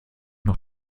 noch